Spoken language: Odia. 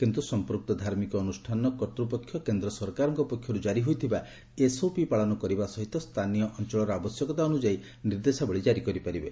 କିନ୍ତୁ ସମ୍ପୃକ୍ତ ଧାର୍ମିକ ଅନୁଷ୍ଠାନର କର୍ତ୍ତ୍ୱପକ୍ଷ କେନ୍ଦ୍ର ସରକାରଙ୍କ ପକ୍ଷରୁ ଜାରି ହୋଇଥିବା ଏସ୍ଓପି ପାଳନ କରିବା ସହିତ ସ୍ଥାନୀୟ ଅଞ୍ଚଳର ଆବଶ୍ୟକତା ଅନୁଯାୟୀ ନିର୍ଦ୍ଦେଶାବଳି ଜାରି କରିପାରିବେ